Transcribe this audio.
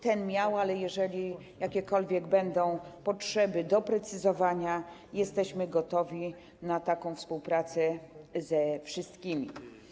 Ten miał, ale jeżeli będą jakiekolwiek potrzeby doprecyzowania, jesteśmy gotowi na współpracę ze wszystkimi.